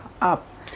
up